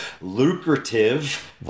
lucrative